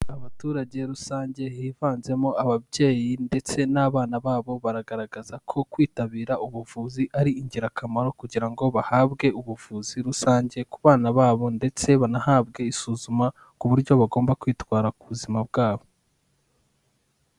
Abaturage rusange hivanzemo ababyeyi ndetse n'abana babo baragaragaza ko kwitabira ubuvuzi ari ingirakamaro, kugira ngo bahabwe ubuvuzi rusange ku bana babo ndetse banahabwe isuzuma, ku buryo bagomba kwitwara ku buzima bwabo.